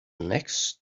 next